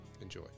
Enjoy